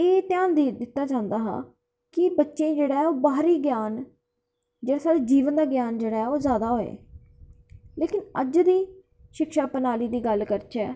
एह् ध्यान दित्ता जंदा हा की बच्च जेह्ड़ा ऐ बाहरी ज्ञान ते जिस च जीवन दा ज्ञान जेह्ड़ा ओह् जादै होऐ ते मतलब की अज्जै दी शिक्षा प्रणाली दी गल्ल करचै